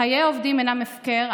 חיי עובדים אינם הפקר.